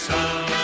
Sun